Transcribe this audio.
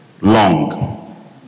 Long